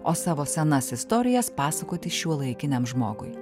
o savo senas istorijas pasakoti šiuolaikiniam žmogui